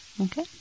Okay